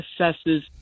assesses